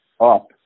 up